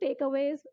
takeaways